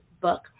book